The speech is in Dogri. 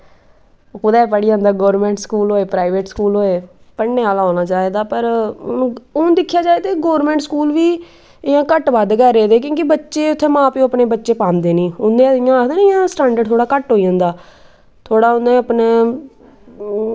कुतै बी पढ़ी औंदा गौरमैंट स्कूल होए प्राईवेट स्कूल होए पढ़ने आह्ला होना चाहिदा पर हून दिक्खेआ जाए ते गौरमैंट स्कूल बी इ'यां घट्ट बद्ध गै रेह्दे क्योंकि बच्चे उत्थै मा प्यो अपने बच्चे पांदे निं इ'यां जि'यां आखदे निं कि सटैंडर्ड थोह्ड़ा घट्ट होई जंदा थोह्ड़ा उं'आ अपनै